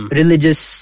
religious